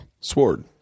Sword